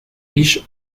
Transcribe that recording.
riche